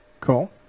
cool